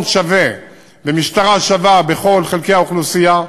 שווה ומשטרה שווה בכל חלקי האוכלוסייה,